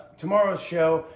tomorrow's show,